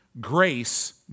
grace